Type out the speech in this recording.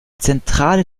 zentrale